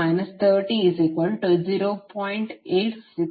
30 0